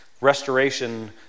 restoration